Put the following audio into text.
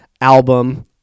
album